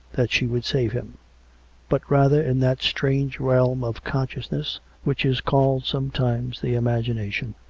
that she would save him but rather in that strange realm of con sciousness which is called sometimes the imagination,